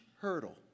hurdle